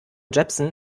jepsen